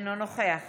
אינו נוכח